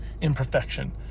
imperfection